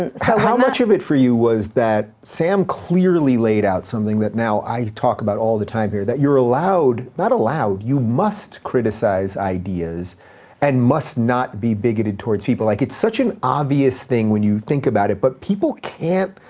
and so how much of it for you was that sam clearly laid out something that i now talk about all the time here, that you're allowed, not allowed, you must criticize ideas and must not be bigoted towards people? like it's such an obvious thing when you think about it, but people can't,